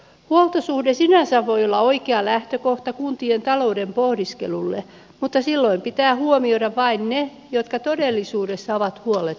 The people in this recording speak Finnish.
huoltosuhde sinänsä voi olla oikea lähtökohta kuntien talouden pohdiskelulle mutta silloin pitää huomioida vain ne jotka todellisuudessa ovat huollettavia